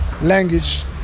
language